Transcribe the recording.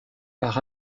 par